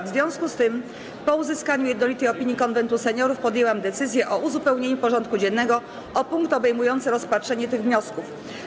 W związku z tym, po uzyskaniu jednolitej opinii Konwentu Seniorów, podjęłam decyzję o uzupełnieniu porządku dziennego o punkt obejmujący rozpatrzenie tych wniosków.